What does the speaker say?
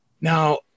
Now